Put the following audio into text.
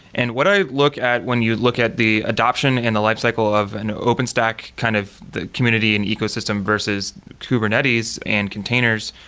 and what i look at when you look at the adoption and the lifecycle of an openstack, kind of the community and ecosystem versus kubernetes and containers,